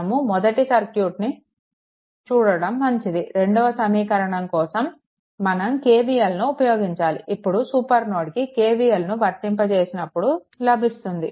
మనం మొదటి సర్క్యూట్ని చూడడం మంచిది రెండవ సమీకరణం కోసం మనం KVLను ఉపయోగించాలి ఇప్పుడు సూపర్ నోడ్కి KVLను వర్తింపజేసినప్పుడు లభిస్తుంది